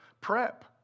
prep